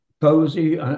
Cozy